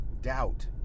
doubt